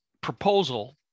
proposal